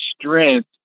strength